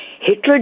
Hitler